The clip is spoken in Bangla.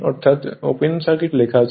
অর্থাৎ ওপেন সার্কিট লেখা আছে